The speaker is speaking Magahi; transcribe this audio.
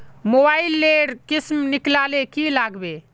मोबाईल लेर किसम निकलाले की लागबे?